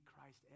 christ